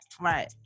Right